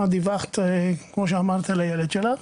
את דיווחת, כמו שאמרת, על הילד שלך,